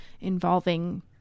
involving